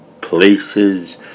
places